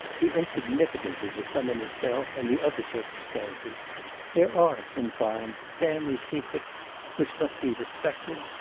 the insignificance of the sum in itself and the other circumstances there are, in fine, family secrets which must be respected,